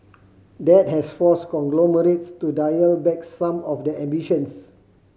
that has forced conglomerates to dial back some of their ambitions